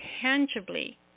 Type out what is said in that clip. tangibly